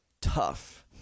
tough